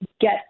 get